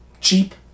cheap